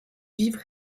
vives